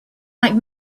like